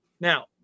Now